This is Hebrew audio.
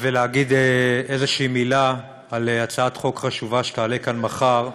ולהגיד איזו מילה על הצעת חוק חשובה שתעלה כאן מחר.